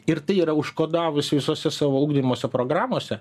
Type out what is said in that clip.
ir tai yra užkodavusi visose savo ugdymosi programose